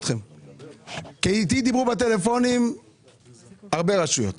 איתי דיברו בטלפון הרבה רשויות.